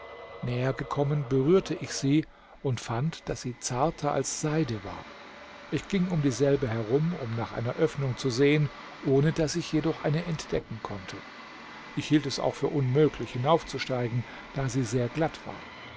gekommen berührte ich sie und fand daß sie zarter als seide war ich ging um dieselbe herum um nach einer öffnung zu sehen ohne daß ich jedoch eine entdecken konnte ich hielt es auch für unmöglich hinaufzusteigen da sie sehr glatt war